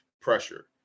pressure